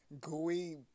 gooey